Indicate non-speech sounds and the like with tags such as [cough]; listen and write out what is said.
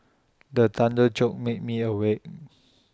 the thunder joke make me awake [noise]